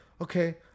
okay